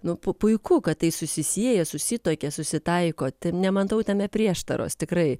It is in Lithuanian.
nu puiku kad tai susisieja susituokia susitaiko nematau tame prieštaros tikrai